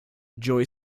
joey